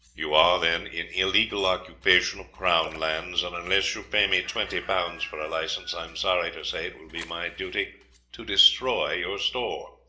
you are, then, in illegal occupation of crown lands, and unless you pay me twenty pounds for a license i am sorry to say it will be my duty to destroy your store,